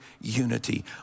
unity